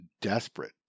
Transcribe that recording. desperate